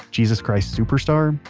jesus christ superstar,